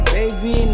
baby